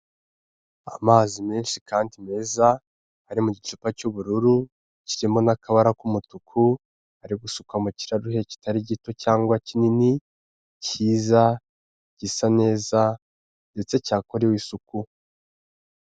Amazi menshi kandi meza ari mu gicupa cy'ubururu kirimo n'akabara k'umutuku ari gusukwa mu kirahure kitari gito cyangwa kinini, cyiza, gisa neza ndetse cyakorewe isuku.